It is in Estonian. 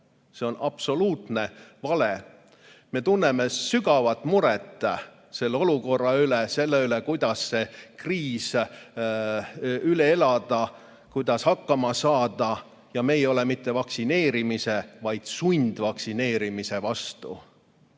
see on absoluutne vale. Me tunneme sügavat muret selle olukorra pärast, selle pärast, kuidas see kriis üle elada, kuidas hakkama saada. Me ei ole mitte vaktsineerimise, vaid sundvaktsineerimise vastu.